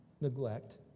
neglect